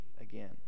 again